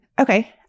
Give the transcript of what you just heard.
Okay